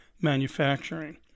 manufacturing